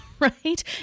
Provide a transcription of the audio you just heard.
right